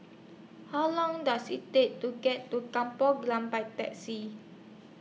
How Long Does IT Take to get to Kampung Glam By Taxi